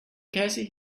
cassie